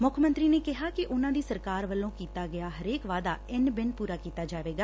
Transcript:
ਮੁੱਖ ਮੰਤਰੀ ਨੇ ਕਿਹਾ ਕਿ ਉਨੂਾ ਦੀ ਸਰਕਾਰ ਵੱਲੋਂ ਕੀਤਾ ਗਿਆ ਹਰੇਕ ਵਾਅਦਾ ਇੰਨ ਬਿੰਨ ਪੁਰਾ ਕੀਤਾ ਜਾਵੇਗਾ